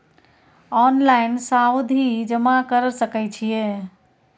Online सावधि जमा कर सके छिये?